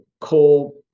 coal